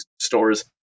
stores